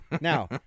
Now